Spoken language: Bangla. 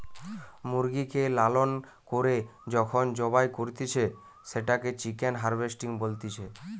মুরগিকে লালন করে যখন জবাই করতিছে, সেটোকে চিকেন হার্ভেস্টিং বলতিছে